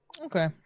Okay